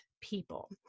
people